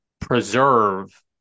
preserve